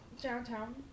downtown